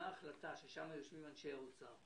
החלטה לפה או לפה.